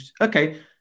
Okay